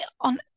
on